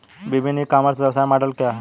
विभिन्न e commerce व्यवसाय model क्या हैं?